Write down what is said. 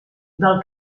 del